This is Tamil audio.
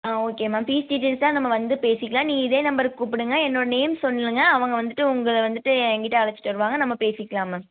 ஆ ஓகே மேம் ஃபீஸ் டீடைல்ஸை நம்ம வந்து பேசிக்கலாம் நீங்கள் இதே நம்பருக்கு கூப்பிடுங்க என்னோடய நேம் சொல்லுங்கள் அவங்க வந்துட்டு உங்களை வந்துட்டு என் கிட்டே அழைச்சிட்டு வருவாங்க நம்ம பேசிக்கலாம் மேம்